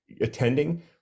attending